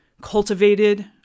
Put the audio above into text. cultivated